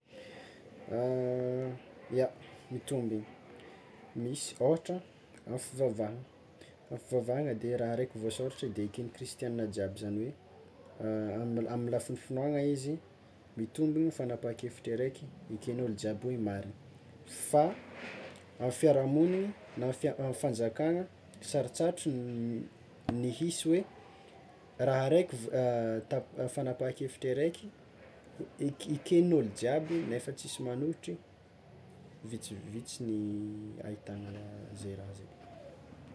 Ia, mitombiny, misy ôhatra amin'ny fivavahana amin'ny fivavahana de raha araiky voasoratra de eken'ny kristiana jiaby zany hoe amin'ny lafiny finoana izy mitombina fanapahan-kevitry araiky eken'ny olo jiaby hoe marina fa amin'ny fiarahamoniny na amy fanjakana sarotsarotry ny hisy hoe raha araiky ta- fanapahan-kevitry araiky eken'olo jiaby nefa tsisy manohitry, vitsivitsy ny ahitana an'izay raha zay.